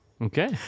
Okay